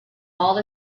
all